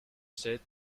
said